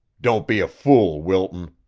don't be a fool, wilton.